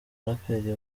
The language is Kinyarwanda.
baraperi